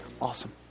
Awesome